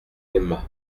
aima